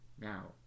Now